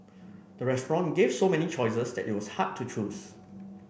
the restaurant gave so many choices that it was hard to choose